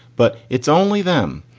but it's only them.